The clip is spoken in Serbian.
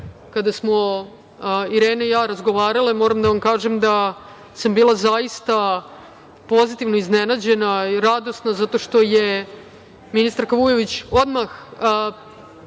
smo Irena i ja razgovarale, moram da vam kažem da sam bila zaista pozitivno iznenađena i radosna zato što je ministarka Vujović odmah